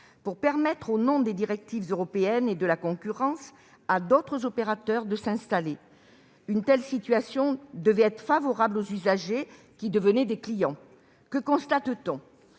pour permettre, au nom des directives européennes et de la concurrence, à d'autres opérateurs de s'installer. Une telle situation devait être favorable aux usagers, devenus des clients. Or que constate-t-on ?